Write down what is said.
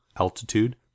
altitude